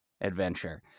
adventure